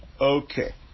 Okay